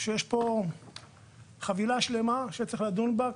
אני אפתח בלהגיד שיש פה חבילה שלמה שצריך לדון בה.